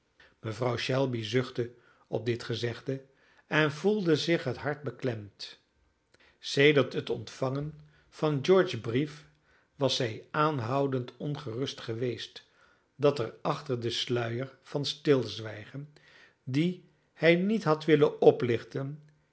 mevrouw shelby zuchtte op dit gezegde en voelde zich het hart beklemd sedert het ontvangen van george's brief was zij aanhoudend ongerust geweest dat er achter den sluier van stilzwijgen dien hij niet had willen oplichten